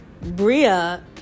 Bria